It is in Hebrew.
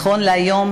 לעם